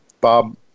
Bob